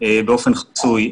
באופן חסוי.